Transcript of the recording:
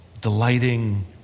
delighting